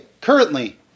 Currently